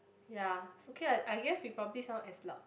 ya it's okay I I guess we probably sound as loud